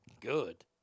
Good